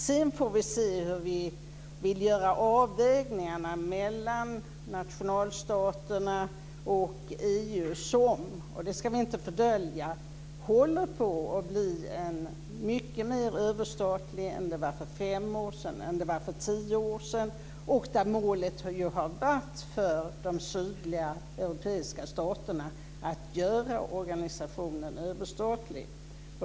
Sedan får man se hur man vill göra avvägningarna mellan nationalstaterna och EU, som - det ska vi inte fördölja - håller på att bli mycket mer överstatlig än för fem eller tio år sedan. Och målet för de sydeuropeiska staterna har ju varit att göra organisationen överstatlig.